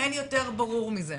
אין יותר ברור מזה.